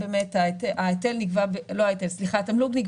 התמלוגים התמלוג נגבה במלואו,